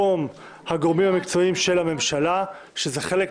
במקום הגורמים המקצועיים של הממשלה, שזה חלק